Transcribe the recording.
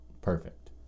perfect